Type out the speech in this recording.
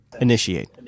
initiate